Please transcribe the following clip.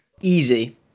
Easy